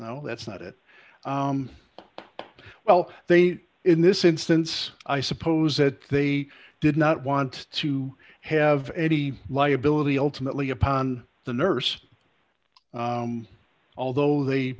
no that's not it well they in this instance i suppose that they did not want to have any liability ultimately upon the nurse although the